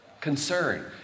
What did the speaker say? concern